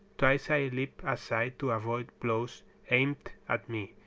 twice i leaped aside to avoid blows aimed at me,